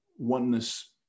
oneness